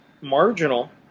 marginal